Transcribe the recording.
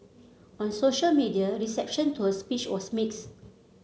on social media reception to her speech was mixed